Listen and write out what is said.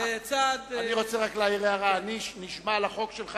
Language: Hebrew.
אני רוצה להעיר הערה: אני נשמע לחוק שלך,